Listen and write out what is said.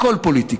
הכול פוליטיקה,